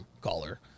Caller